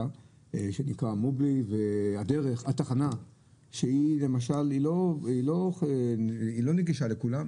שנקראת מובי והתחנה שהיא לא נגישה לכולם.